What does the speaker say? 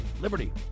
Liberty